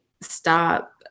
stop